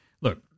Look